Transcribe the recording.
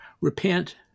repent